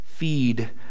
feed